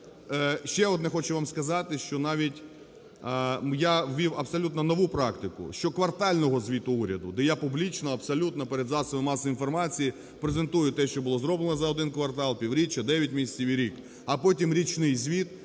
Ще одне хочу вам сказати, що навіть я ввів абсолютно нову практику щоквартального звіту уряду, де я публічно абсолютно перед засобами масової інформації презентую те, що було зроблено за один квартал, півріччя, 9 місяців і рік, а потім річний звіт,